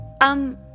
Um